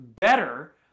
better